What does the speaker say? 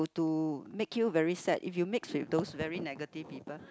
to make you very sad if you mix with those very negative people